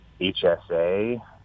HSA